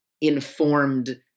informed